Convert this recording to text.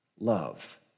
Love